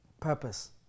Purpose